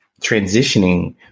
transitioning